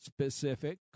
specific